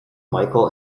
micheal